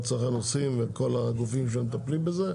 הצרכן עושים וכל הגופים שמטפלים בזה.